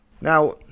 Now